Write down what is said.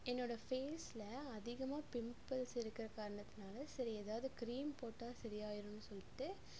என்னோடய ஃபேஸில் அதிகமாக பிம்புல்ஸ் இருக்கிற காரணத்துனால் சரி எதாவது கிரீம் போட்டால் சரி ஆயிடுன்னு சொல்லிட்டு